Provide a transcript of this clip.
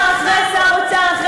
תקראי את ההמלצה של המחנה הציוני,